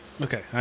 Okay